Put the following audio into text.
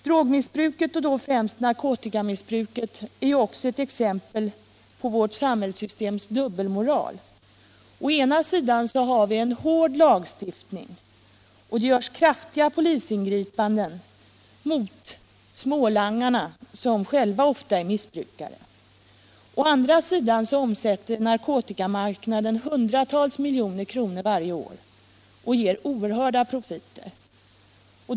Drogmissbruk och då främst narkotikamissbruket är också ett exempel på vårt samhällssystems dubbelmoral. Å ena sidan har vi en mycket hård lagstiftning, och det görs kraftiga polisingripanden mot smålangarna, som själva ofta är missbrukare. Å andra sidan omsätter narkotikamarknaden hundratals miljoner kronor varje år och ger oerhörda profiter.